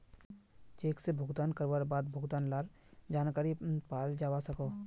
cheque से भुगतान करवार बाद भुगतान लार जानकारी पाल जावा सकोहो